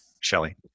Shelly